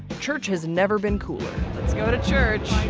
church has never been cooler. let's go to church.